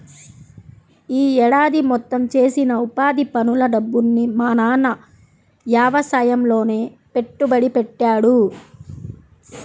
యీ ఏడాది మొత్తం చేసిన ఉపాధి పనుల డబ్బుని మా నాన్న యవసాయంలోనే పెట్టుబడి పెట్టాడు